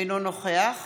אינו נוכח